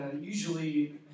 usually